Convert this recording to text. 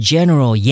General